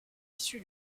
issu